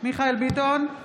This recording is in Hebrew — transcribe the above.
מיכאל מרדכי ביטון,